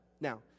Now